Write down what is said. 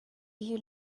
you